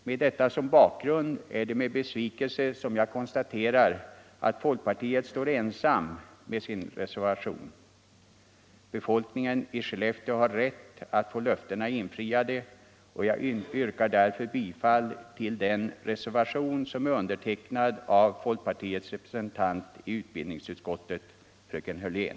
Mot denna bakgrund är det rned besvikelse jag konstaterar att folkpartiet står ensamt med sin reservation. Befolkningen i Skellefteå har rätt att få löftena infriade, och jag yrkar därför bifall till reservationen, som är undertecknad av folkpartiets representant i utbildningsutskottet, fröken Hörlén.